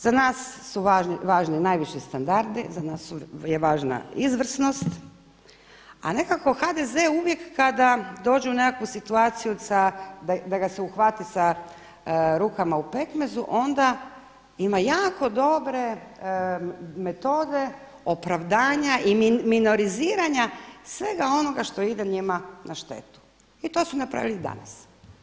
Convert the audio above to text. Za nas su važni najviši standardi, za nas je važna izvrsnost, a nekako HDZ-e uvijek kada dođu u nekakvu situaciju da ga se uhvati sa „rukama u pekmezu“ onda ima jako dobre metode, opravdanja i minoriziranja svega onoga što ide njima na štetu i to su napravili i danas.